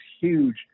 huge